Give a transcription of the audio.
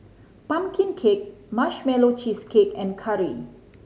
pumpkin cake Marshmallow Cheesecake and curry